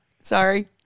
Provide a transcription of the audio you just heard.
Sorry